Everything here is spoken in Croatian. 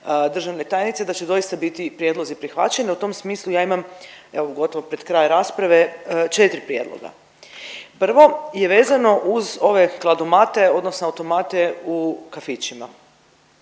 državne tajnice da će doista biti prijedlozi prihvaćeni. U tom smislu ja imam evo gotovo pred kraj rasprave četiri prijedloga. Prvo je vezano uz ove kladomate odnosno automate u kafićima.